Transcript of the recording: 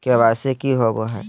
KYC की होबो है?